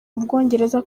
bwongereza